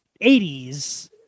80s